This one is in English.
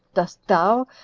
dost thou,